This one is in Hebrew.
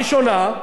הראשונה,